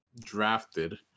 drafted